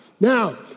Now